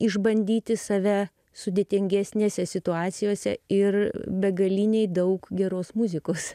išbandyti save sudėtingesnėse situacijose ir begaliniai daug geros muzikos